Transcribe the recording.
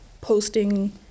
posting